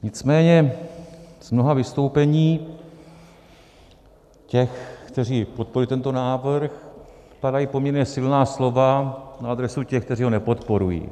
Nicméně z mnoha vystoupení těch, kteří podporují tento návrh, padají poměrně silná slova na adresu těch, kteří ho nepodporují.